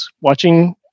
watching